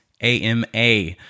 AMA